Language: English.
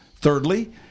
Thirdly